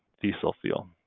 diesel fuel.